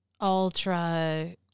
ultra